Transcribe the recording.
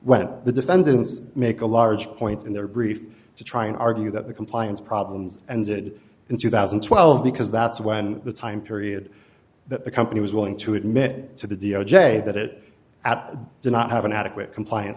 went the defendants make a large point in their brief to try and argue that the compliance problems and did in two thousand and twelve because that's when the time period that the company was willing to admit to the d o j that it at did not have an adequate compliance